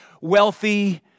wealthy